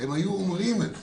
הם היו אומרים את זה.